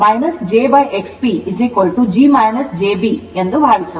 ಆದ್ದರಿಂದ 1Rp jXPg j b ಎಂದು ಭಾವಿಸೋಣ